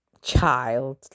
child